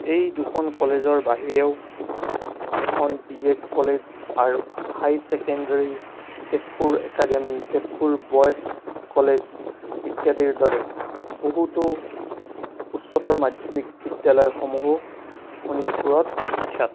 এই দুখন কলেজৰ বাহিৰেও এখন বি এড কলেজ আৰু high secondary Tezpur academy Tezpur boys college ইত্যাদিৰ দৰে বহুতো উচ্চতৰ মাধ্যমিক বিদ্যালয়সমূহো শোণিতপুৰত বিখ্যাত